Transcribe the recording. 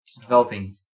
developing